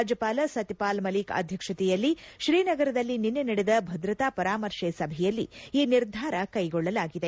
ರಾಜ್ಙಪಾಲ ಸತ್ಯಪಾಲ್ ಮಲಿಕ್ ಅಧ್ಯಕ್ಷತೆಯಲ್ಲಿ ಶ್ರೀನಗರದಲ್ಲಿ ನಿನ್ನೆ ನಡೆದ ಭದ್ರತಾ ಪರಾಮರ್ತೆ ಸಭೆಯಲ್ಲಿ ಈ ನಿರ್ಧಾರ ಕೈಗೊಳ್ಳಲಾಗಿದೆ